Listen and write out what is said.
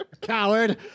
Coward